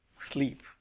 sleep